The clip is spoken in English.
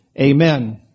Amen